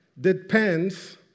depends